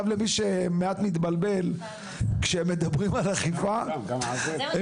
גם למי שמעט מתבלבל כשמדברים על אכיפה הם